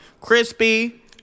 crispy